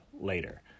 later